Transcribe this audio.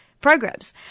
programs